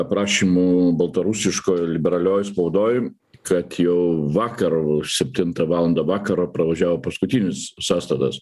aprašymų baltarusiškoj liberalioj spaudoj kad jau vakar septintą valandą vakaro pravažiavo paskutinis sąstatas